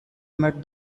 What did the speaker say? met